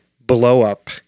blow-up